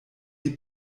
die